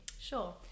Sure